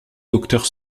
docteur